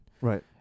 Right